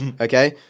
Okay